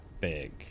big